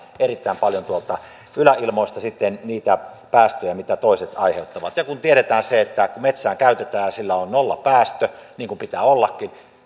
erittäin paljon tuolta yläilmoista niitä päästöjä mitä toiset aiheuttavat ja tiedetään se että metsää käytetään ja sillä on nollapäästö niin kuin pitää ollakin